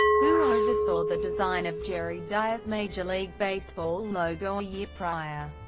who oversaw the design of jerry dior's major league baseball logo a year prior,